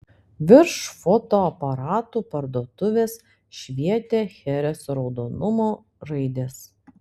virš fotoaparatų parduotuvės švietė chereso raudonumo raidės